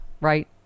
right